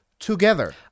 together